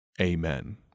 amen